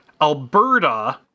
Alberta